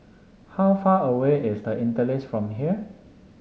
how far away is The Interlace from here